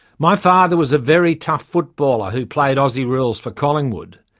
my father was a very tough footballer who played aussie rules for collingwood.